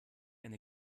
eine